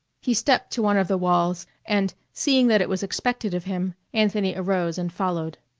he stepped to one of the walls and, seeing that it was expected of him, anthony arose and followed.